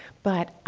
but